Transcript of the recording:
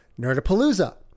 Nerdapalooza